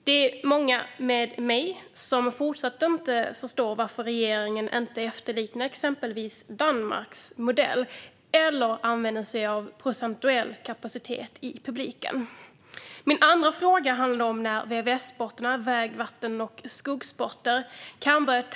Det är många med mig som fortsatt inte förstår varför regeringen inte efterliknar exempelvis Danmarks modell eller använder sig av procentuell kapacitet i publiken. Min andra fråga handlade om när man kan börja tävla inom VVS-sporter, det vill säga väg-, vatten och skogssporter.